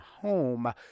home